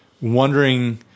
wondering